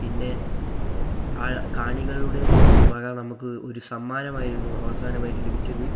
പിന്നേ ആ കാണികളുടെ വക നമുക്ക് ഒരു സമ്മാനമായിരുന്നു അവസാനമായിട്ട് ലഭിച്ചത്